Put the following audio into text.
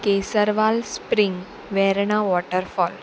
Kesarval spring Verna waterfall